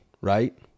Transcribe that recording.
right